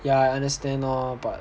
yeah I understand lor but